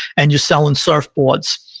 and you're selling surfboards.